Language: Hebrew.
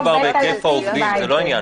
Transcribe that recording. כאן לא מדובר בהיקף העובדים, זה לא העניין.